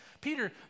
Peter